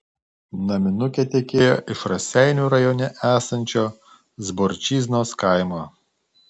naminukė tekėjo iš raseinių rajone esančio zborčiznos kaimo